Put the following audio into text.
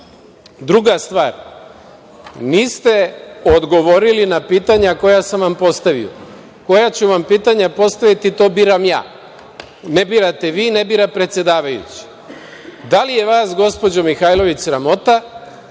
stvar, niste odgovorili na pitanja koja sam vam postavio. Koja ću vam pitanja postaviti to biram ja, ne birate vi, ne bira predsedavajući. Da li je vas, gospođo Mihajlović, sramota